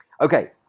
Okay